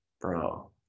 bro